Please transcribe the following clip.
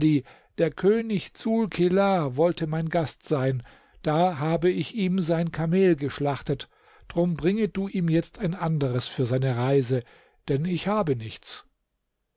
der könig dsul kelaa wollte mein gast sein da habe ich ihm sein kamel geschlachtet drum bringe du ihm jetzt ein anderes für seine reise denn ich habe nichts